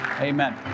Amen